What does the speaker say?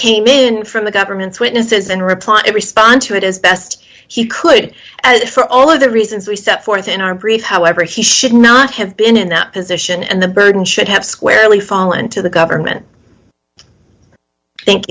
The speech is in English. came in from the government's witnesses and reply to respond to it as best he could for all of the reasons we set forth in our brief however he should not have been in that position and the burden should have squarely fallen to the government thank